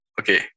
okay